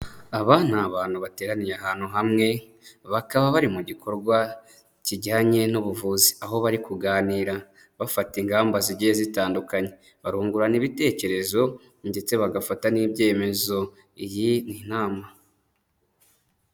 Aba ni abantu bateraniye ahantu hamwe bakaba bari mu gikorwa kijyanye n'ubuvuzi aho bari kuganira bafata ingamba zigiye zitandukanye, barungurana ibitekerezo ndetse bagafata n'ibyeyemezo, iyi ni inama.